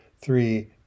three